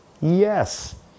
Yes